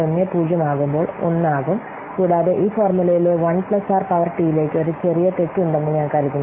10 ആകുമ്പോൾ 1 ആകും കൂടാതെ ഈ ഫോർമുലയിലെ 1 പ്ലസ് ആർ പവർ ടിയിലേക്ക് ഒരു ചെറിയ തെറ്റ് ഉണ്ടെന്ന് ഞാൻ കരുതുന്നു